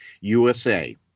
USA